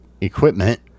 equipment